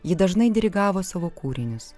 ji dažnai dirigavo savo kūrinius